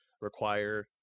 require